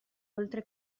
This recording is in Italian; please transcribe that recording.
oltre